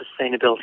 sustainability